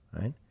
right